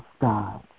God